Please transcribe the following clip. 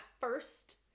first